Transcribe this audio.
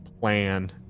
plan